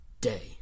day